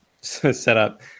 setup